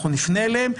אנחנו נפנה אליהם,